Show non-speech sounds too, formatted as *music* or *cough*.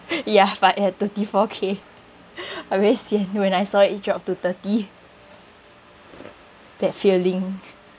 *breath* ya if I add thirty four K *breath* I very sian when I saw it it drop to thirty that feeling